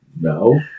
No